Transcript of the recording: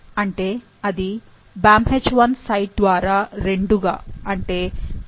అంటే అది BamHI site ద్వారా రెండుగా అంటే 3